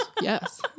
Yes